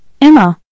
Emma